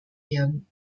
werden